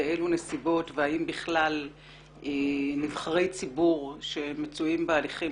באלו נסיבות והאם בכלל נבחרי ציבור שמצויים בהליכים